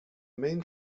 main